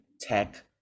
tech